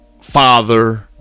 father